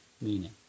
meaning